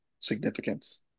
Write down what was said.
Significance